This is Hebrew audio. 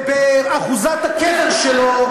ובאחוזת הקבר שלו,